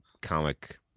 comic